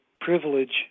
privilege